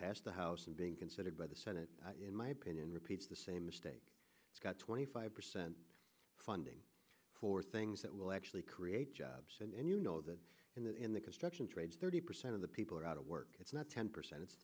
passed the house and being considered by the senate in my opinion repeats the same mistake it's got twenty five percent funding for things that will actually create jobs and you know that in that in the construction trades thirty percent of the people are out of work it's not ten percent it's